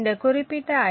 இந்த குறிப்பிட்ட ஐ